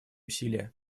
усилия